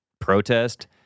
protest